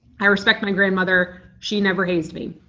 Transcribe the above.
i respect my grandmother. she never hazed me.